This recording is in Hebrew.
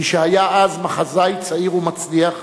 שהיה אז מחזאי צעיר ומצליח,